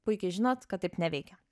puikiai žinot kad taip neveikia